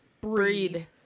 breed